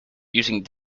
using